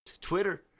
Twitter